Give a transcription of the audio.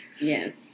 Yes